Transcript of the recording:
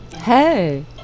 Hey